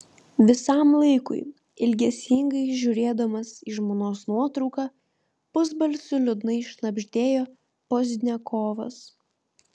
visam laikui ilgesingai žiūrėdamas į žmonos nuotrauką pusbalsiu liūdnai šnabždėjo pozdniakovas